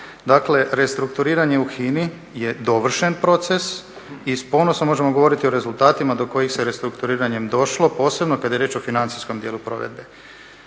Dakle, restrukturiranje u HINA-i je dovršen proces i s ponosom možemo govoriti o rezultatima do kojih se restrukturiranjem došlo posebno kada je riječ o financijskom dijelu provedbe.